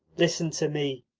listen to me.